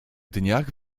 dniach